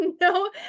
no